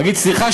להגיד: סליחה,